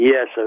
Yes